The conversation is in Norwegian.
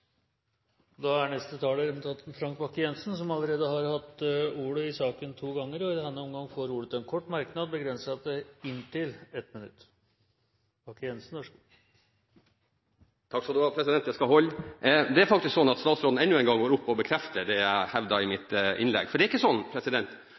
Representanten Frank Bakke-Jensen har hatt ordet to ganger tidligere og får ordet til en kort merknad, begrenset til 1 minutt. Det skal holde. Det er faktisk sånn at statsråden enda en gang går opp og bekrefter det jeg hevdet i mitt